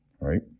right